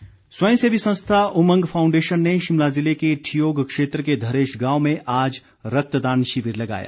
रक्तदान स्वयं सेवी संस्था उमंग फाउंडेशन ने शिमला ज़िले के ठियोग क्षेत्र के धरेच गांव में आज रक्तदान शिविर लगाया